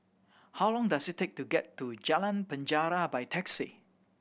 how long does it take to get to Jalan Penjara by taxi